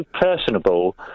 personable